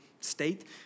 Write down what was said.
state